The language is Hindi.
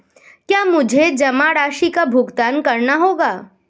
क्या मुझे जमा राशि का भुगतान करना होगा?